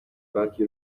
banki